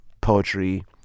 poetry